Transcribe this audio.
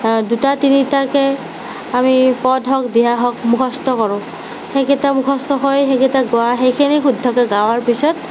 দুটা তিনিটাকে আমি পদ হওক দিহা হওক মুখস্থ কৰোঁ সেইকেইটা মুখস্থ হয় সেইকেইটা গোৱা সেইখিনি শুদ্ধকৈ গোৱাৰ পিছত